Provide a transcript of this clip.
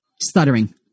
Stuttering